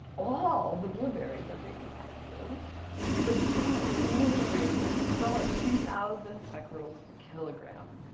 all the blueberries are radioactive but some are really radioactive. some are three thousand pecrols a kilogram.